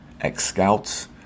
ex-scouts